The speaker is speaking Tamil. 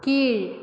கீழ்